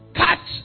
cut